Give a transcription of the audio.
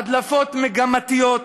הדלפות מגמתיות,